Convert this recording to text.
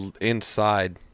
inside